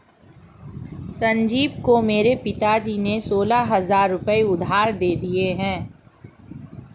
संजीव को मेरे पिताजी ने सोलह हजार रुपए उधार दिए हैं